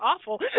awful